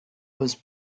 was